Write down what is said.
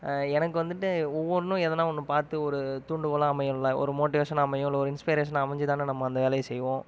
எனக்கு வந்துட்டு ஒவ்வொன்றும் எதனா ஒன்று பார்த்து ஒரு தூண்டுகோலாக அமையுமில்ல ஒரு மோட்டிவேஷனாக அமையும் இல்லை இன்ஸ்பிரஷனாக அமைஞ்சு தானே நம்ம அந்த வேலையை செய்வோம்